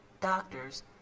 doctors